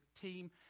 team